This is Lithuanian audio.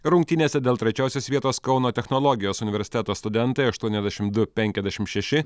rungtynėse dėl trečiosios vietos kauno technologijos universiteto studentai aštuoniasdešimt du penkiasdešimt šeši